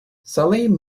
salim